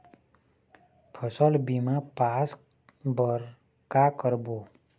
फसल बीमा पास बर का करबो?